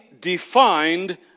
defined